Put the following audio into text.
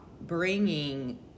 bringing